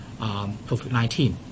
COVID-19